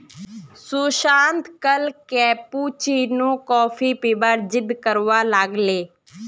सुशांत कल cappuccino coffee पीबार जिद्द करवा लाग ले